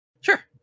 Sure